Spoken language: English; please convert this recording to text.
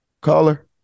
caller